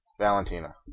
Valentina